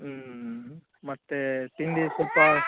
ಹ್ಞೂ ಮತ್ತು ತಿಂಡಿ ಸ್ವಲ್ಪ